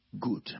Good